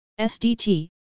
SDT